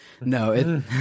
No